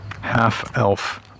half-elf